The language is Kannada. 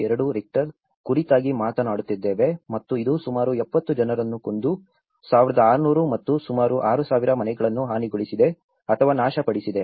2 ರಿಕ್ಟರ್ ಕುರಿತಾಗಿ ಮಾತನಾಡುತ್ತಿದ್ದೇವೆ ಮತ್ತು ಇದು ಸುಮಾರು 70 ಜನರನ್ನು ಕೊಂದು 1600 ಮತ್ತು ಸುಮಾರು 6000 ಮನೆಗಳನ್ನು ಹಾನಿಗೊಳಿಸಿದೆ ಅಥವಾ ನಾಶಪಡಿಸಿದೆ